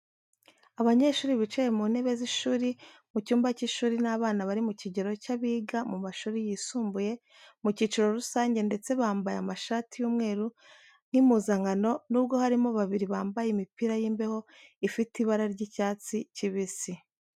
Abanyeshuri bicaye mu ntebe z'ishuri mu cyumba cy'ishuri ni abana bari mu kigero cy'abiga mu mashuri yisumbuye mu cyiciro rusange ndetse bambaye amashati y'umweru nk'impuzankano nubwo harimo babiri bambaye imipira y'imbeho ifite ibra ry'icyatsi kibisi.